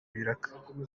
ibiraka